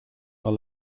are